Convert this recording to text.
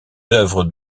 œuvres